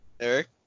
Eric